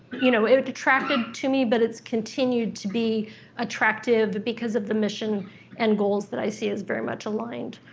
you know it would attract it to me, but it's continued to be attractive because of the mission and goals that i see as very much aligned